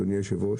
אדוני היושב ראש,